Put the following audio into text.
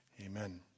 amen